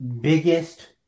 biggest